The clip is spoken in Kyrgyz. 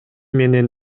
менен